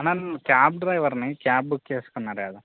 అన్న నేను క్యాబ్ డ్రైవర్ని క్యాబ్ బుక్ చేసుకున్నారు కదా